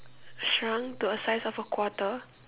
shrunk to a size of a quarter